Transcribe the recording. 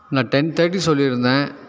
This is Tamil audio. நான் டென் தேர்ட்டி சொல்லி இருந்தேன்